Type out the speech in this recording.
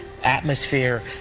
atmosphere